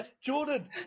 Jordan